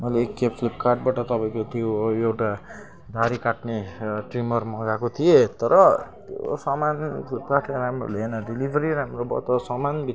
मैले एक खेप फ्लिपकार्टबाट तपाईँको त्यो एउटा दाह्री काट्ने ट्रिमर मगाएको थिएँ तर त्यो सामान फ्लिपकार्टले राम्रो ल्याएन डेलिभरी राम्रो भयो तर सामानभित्र